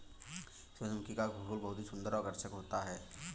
सुरजमुखी का फूल बहुत ही सुन्दर और आकर्षक होता है